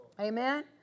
Amen